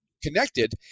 connected